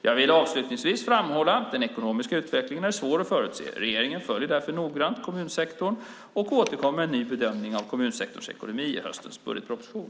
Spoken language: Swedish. Jag vill avslutningsvis framhålla att den ekonomiska utvecklingen är svår att förutse. Regeringen följer därför noggrant utvecklingen i kommunsektorn och återkommer med en ny bedömning av kommunsektorns ekonomi i höstens budgetproposition.